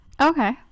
Okay